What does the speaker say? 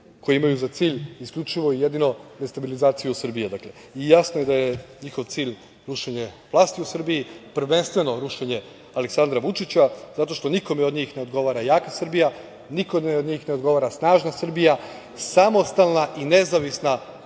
koji imaju za cilj isključivo i jedino destabilizaciju Srbije. Jasno je da je njihov cilj rušenje vlasti u Srbiji, prvenstveno rušenje Aleksandra Vučića. Zato što nikome od njih ne odgovara jaka Srbija, nikome od njih ne odgovara snažna Srbija, samostalna i nezavisna